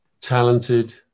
talented